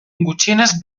gutxienez